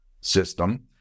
system